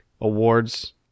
awards